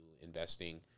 investing